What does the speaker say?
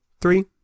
three